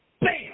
bam